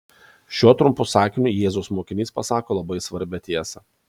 šiuo trumpu sakiniu jėzaus mokinys pasako labai svarbią tiesą